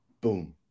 boom